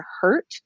hurt